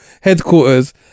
headquarters